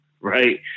right